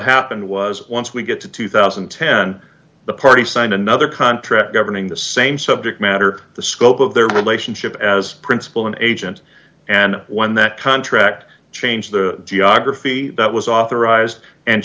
happened was once we get to two thousand and ten the party sign another contract governing the same subject matter the scope of their relationship as principal and agent and when that contract changed the geography that was authorized and